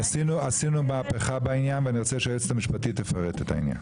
עשינו מהפכה בעניין ואני רוצה שהיועצת המשפטית תפרט את העניין.